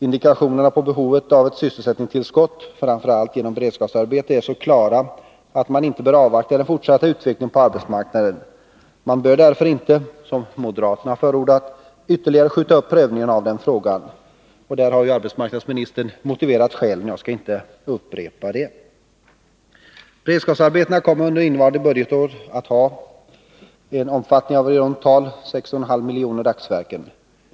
Indikationerna på behovet av ett sysselsättningstillskott, framför allt genom beredskapsarbeten, är så klara att man inte bör avvakta den fortsatta utvecklingen på arbetsmarknaden. Man bör därför inte, som moderaterna har förordat, ytterligare skjuta upp prövningen av den frågan. Arbetsmarknadsministern har redovisat skälen, och jag skall inte upprepa dem. Beredskapsarbetena kommer under innevarande budgetår att ha en omfattning av i runt tal 6,5 miljoner dagsverken.